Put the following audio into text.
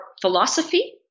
philosophy